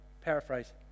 paraphrase